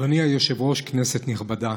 אדוני היושב-ראש, כנסת נכבדה,